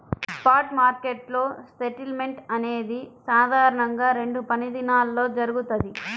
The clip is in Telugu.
స్పాట్ మార్కెట్లో సెటిల్మెంట్ అనేది సాధారణంగా రెండు పనిదినాల్లో జరుగుతది,